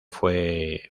fue